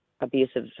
abusive